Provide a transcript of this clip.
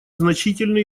значительный